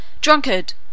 Drunkard